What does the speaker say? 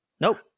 Nope